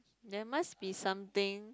there must be something